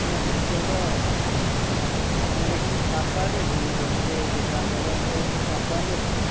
হ্যাঁ বলছি দাদা আপনার এখানে সার পাওয়া যায় তো মানে জমিতে যে সার ব্যবহার করা হয় সেই সার পাওয়া যায় তো